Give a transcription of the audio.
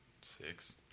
six